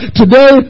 today